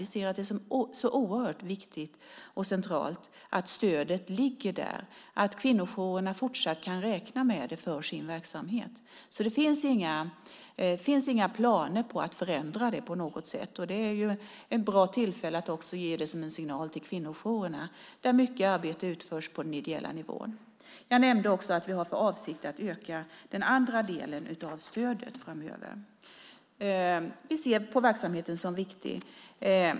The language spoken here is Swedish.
Vi ser det som oerhört viktigt och centralt att stödet ligger där och att kvinnojourerna fortsatt kan räkna med det för sin verksamhet. Det finns inga planer på att förändra det på något sätt. Det här är ett bra tillfälle att ge det som en signal till kvinnojourerna där mycket arbete utförs på ideell nivå. Jag nämnde också att vi har för avsikt att öka den andra delen av stödet framöver. Vi ser på verksamheten som viktig.